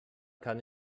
kann